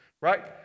right